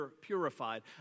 purified